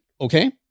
Okay